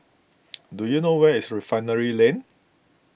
do you know where is Refinery Lane